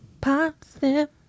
Possible